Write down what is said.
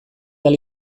ahal